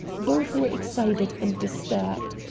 both were excited and disturbed.